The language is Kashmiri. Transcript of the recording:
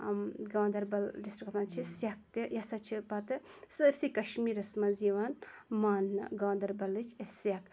گاندَربَل ڈِسٹرکَس منٛز چھِ سٮ۪کھ تہِ یہِ ہَسا چھِ پَتہٕ سٲرسٕے کَشمیٖرَس منٛز یِوان ماننہٕ گاندَربَلٕچ سٮ۪کھ